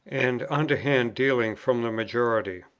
and underhand dealing from the majority.